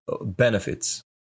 benefits